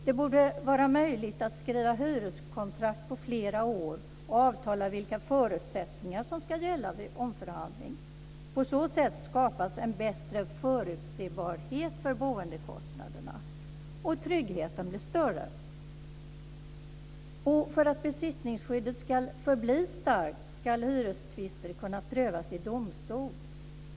Det borde vara möjligt att skriva hyreskontrakt på flera år och avtala om vilka förutsättningar som ska gälla vid en omförhandling. På så sätt skapas en bättre förutsebarhet för boendekostnaderna och tryggheten blir större. För att besittningsskyddet ska förbli starkt ska hyrestvister kunna prövas i domstol.